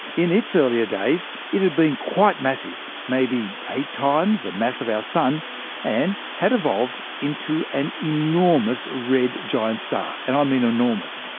in its earlier days it had been quite massive maybe eight times the mass of our sun and had evolved into an enormous red giant star. and i um mean enormous.